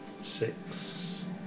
six